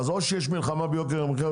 אז או שיש מלחמה ביוקר המחיה,